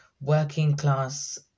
working-class